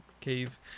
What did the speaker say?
cave